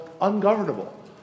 ungovernable